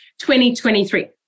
2023